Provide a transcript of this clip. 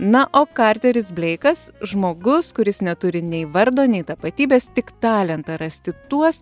na o karteris bleikas žmogus kuris neturi nei vardo nei tapatybės tik talentą rasti tuos